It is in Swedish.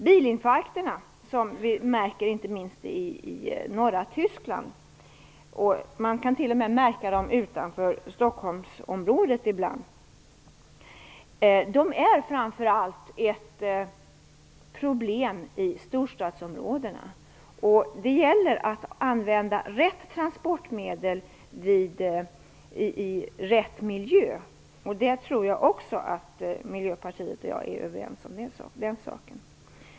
Bilinfarkterna, som vi märker inte minst i norra Tyskland och t.o.m. utanför Stockholmsområdet ibland, är framför allt ett problem i storstadsområdena. Det gäller att använda rätt transportmedel i rätt miljö. Jag tror att Miljöpartiet och jag är överens om den saken.